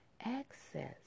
access